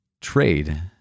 trade